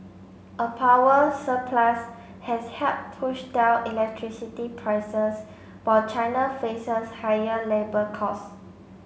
a power surplus has helped push down electricity prices while China faces higher labour costs